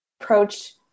approach